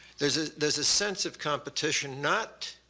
there's ah there's a sense of competition not,